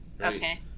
okay